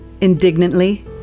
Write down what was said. indignantly